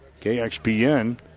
KXPN